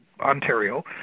ontario